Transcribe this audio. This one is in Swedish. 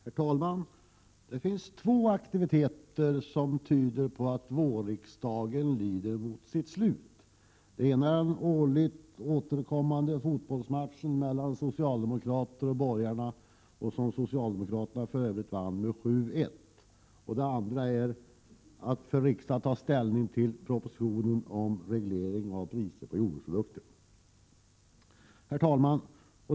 Herr talman! Det finns två aktiviteter som tyder på att vårriksdagen lider mot sitt slut. Den ena är den årligen återkommande fotbollsmatchen mellan socialdemokrater och borgare, som socialdemokraterna för övrigt vann med 7-1. Den andra är att riksdagen har att ta ställning till propositionen om reglering av priserna på jordbruksprodukter. Herr talman!